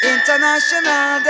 International